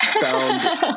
found